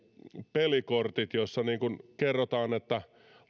pelikortit joissa kerrotaan että